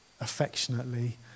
affectionately